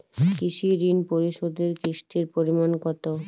কৃষি ঋণ পরিশোধের কিস্তির পরিমাণ কতো?